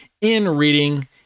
in-reading